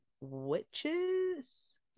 witches